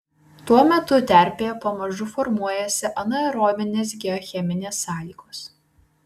tuo metu terpėje pamažu formuojasi anaerobinės geocheminės sąlygos